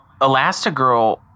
Elastigirl